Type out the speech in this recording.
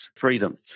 freedom